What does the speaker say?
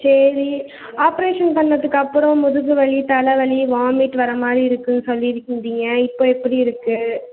சரி ஆப்ரேஷன் பண்ணதுக்கப்பறம் முதுகு வலி தலை வலி வாமிட் வரமாதிரி இருக்குன்னு சொல்லிருக்ருந்திங்க இப்போ எப்படி இருக்கு